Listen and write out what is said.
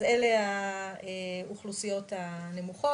אז אלה האוכלוסיות הנמוכות.